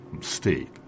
state